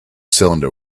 cylinder